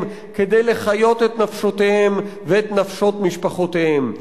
כדי לְחַיות את נפשותיהם ואת נפשות משפחותיהם?